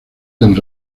del